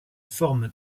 forme